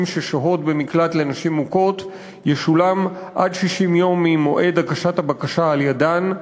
ששוהות במקלט לנשים מוכות ישולם עד 60 יום ממועד הבקשה שלהן,